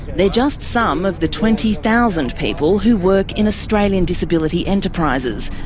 they're just some of the twenty thousand people who work in australian disability enterprises,